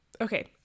okay